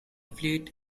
fleet